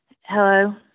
Hello